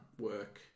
work